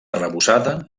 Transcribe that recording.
arrebossada